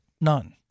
none